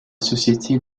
société